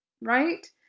right